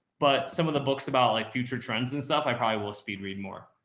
but some of the books about like future trends and stuff, i probably will speed read more.